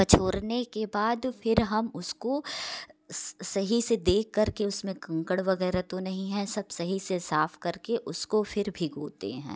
पछोरने के बाद फिर हम उसको सही से देख कर के उसमें कंकड़ वगैरह तो नहीं है सब सही से साफ कर के उसको फिर भिगोते हैं